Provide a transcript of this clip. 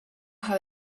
how